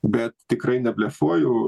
bet tikrai neblefuoju